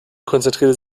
konzentrierte